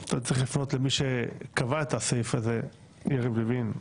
אתה צריך לפנות למי שקבע את הסעיף הזה, יריב לוין.